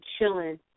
chilling